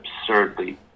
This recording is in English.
absurdly